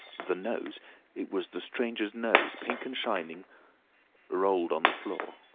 the nose it was the stranger's nose! pink and shining rolled on the floor.